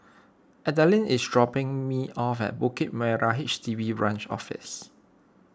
Adalynn is dropping me off at Bukit Merah H D B Branch Office